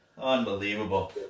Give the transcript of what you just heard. Unbelievable